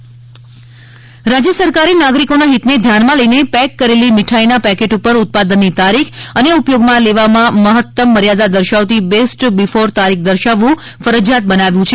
મીઠાઇ તારીખ રાજ્ય સરકારે નાગરિકોના હિતને ધ્યાનમાં રાખીને પેક કરેલી મીઠાઇના પેકેટ ઉપર ઉત્પાદનની તારીખ અને ઉપયોગમાં લેવામાં મહત્તમ મર્યાદા દર્શાવતી બેસ્ટ બિફોર તારીખ દર્શાવવું ફરજીયાત બનાવ્યું છે